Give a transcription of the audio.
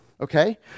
okay